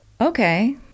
Okay